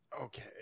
Okay